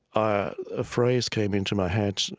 ah a phrase came into my head,